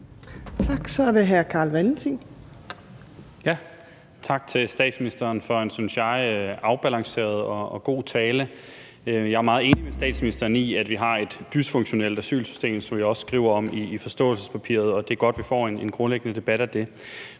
Valentin. Kl. 14:28 Carl Valentin (SF): Tak til statsministeren for en – synes jeg – afbalanceret og god tale. Jeg er jo meget enig med statsministeren i, at vi har et dysfunktionelt asylsystem, som vi også skriver om i forståelsespapiret, og det er godt, at vi får en grundlæggende debat af det.